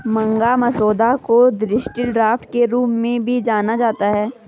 मांग मसौदा को दृष्टि ड्राफ्ट के रूप में भी जाना जाता है